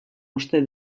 uste